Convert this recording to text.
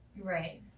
Right